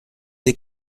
des